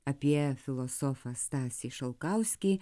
apie filosofą stasį šalkauskį